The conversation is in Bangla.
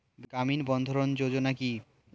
গ্রামীণ বন্ধরন যোজনা কি?